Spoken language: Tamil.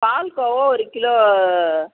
பால்கோவா ஒரு கிலோ